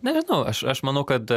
nežinau aš aš manau kad